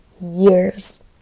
years